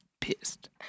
Pissed